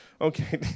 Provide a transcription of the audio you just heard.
Okay